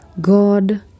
God